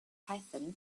python